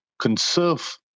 conserve